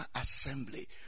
assembly